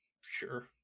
sure